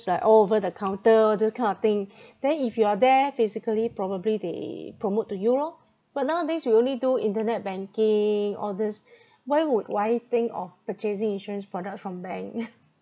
it's like all over the counter those kind of thing then if you are there physically probably they promote to you lor but nowadays we only do internet banking all these why would why think of purchasing insurance product from bank